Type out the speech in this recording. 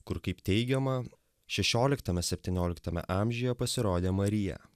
kur kaip teigiama šešioliktame septynioliktame amžiuje pasirodė marija